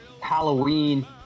Halloween